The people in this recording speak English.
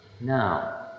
now